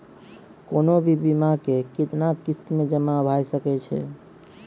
कोनो भी बीमा के कितना किस्त मे जमा भाय सके छै?